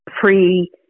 pre